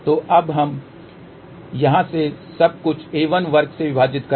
तो अब यहाँ से सब कुछ a1 वर्ग से विभाजित करें